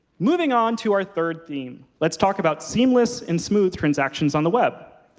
moving on to our third theme, let's talk about seamless and smooth transactions on the web.